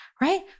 right